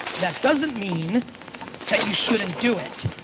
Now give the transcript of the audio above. that doesn't mean that you shouldn't do it,